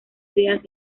ideas